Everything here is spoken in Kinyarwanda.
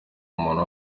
umuntu